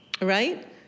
right